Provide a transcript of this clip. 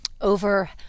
over